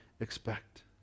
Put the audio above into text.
expect